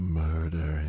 murder